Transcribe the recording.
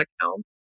account